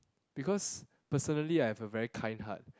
because personally I have a very kind heart